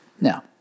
Now